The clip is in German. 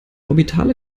orbitale